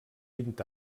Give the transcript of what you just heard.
vint